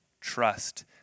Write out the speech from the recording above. trust